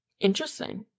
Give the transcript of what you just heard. Interesting